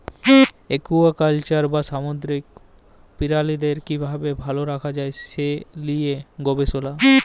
aquaculture বা সামুদ্দিরিক পিরালিদের কিভাবে ভাল রাখা যায় সে লিয়ে গবেসলা